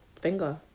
finger